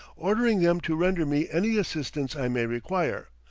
ordering them to render me any assistance i may require,